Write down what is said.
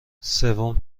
سوم